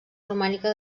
romànica